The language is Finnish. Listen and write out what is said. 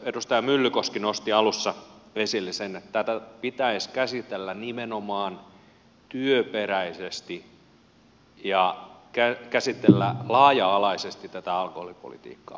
edustaja myllykoski nosti alussa esille sen että pitäisi käsitellä nimenomaan työperäisesti ja laaja alaisesti tätä alkoholipolitiikkaa